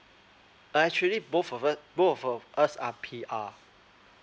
uh actually both of us both of us are P_R